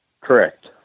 Correct